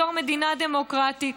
בתור מדינה דמוקרטית,